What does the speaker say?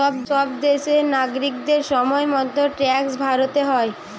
সব দেশেরই নাগরিকদের সময় মতো ট্যাক্স ভরতে হয়